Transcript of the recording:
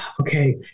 okay